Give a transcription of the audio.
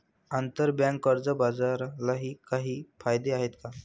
आंतरबँक कर्ज बाजारालाही काही कायदे आहेत का?